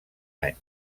any